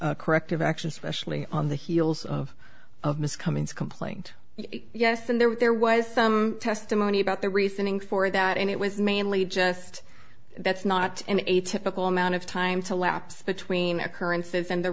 corrective actions especially on the heels of of miss cummins complaint yes and there were there was some testimony about the reasoning for that and it was mainly just that's not an atypical amount of time to lapse between occurrences and